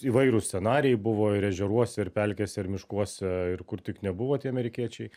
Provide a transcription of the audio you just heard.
įvairūs scenarijai buvo ir ežeruose ir pelkėse ir miškuose ir kur tik nebuvo tie amerikiečiai